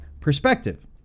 perspective